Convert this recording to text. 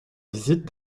visite